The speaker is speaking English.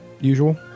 usual